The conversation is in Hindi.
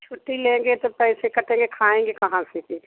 छुट्टी लेंगे तो पैसे कटेंगे खाएँगे कहाँ से फिर